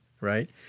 right